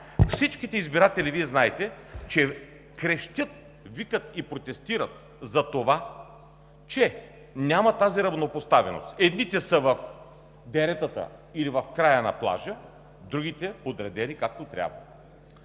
всички избиратели крещят, викат и протестират за това, че няма тази равнопоставеност – едните са в дерета, или в края на плажа, другите – подредени, както трябва.